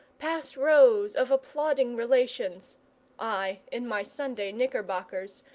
past rows of applauding relations i in my sunday knickerbockers,